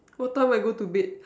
what time I go to bed